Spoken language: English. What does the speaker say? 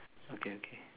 okay okay